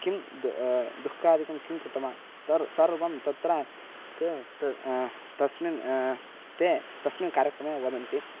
किं दु दुःखादिकं किं कृतवान् तर् सर्वं तत्र ते त तस्मिन् ते तस्मिन् कार्यक्रमे वदन्ति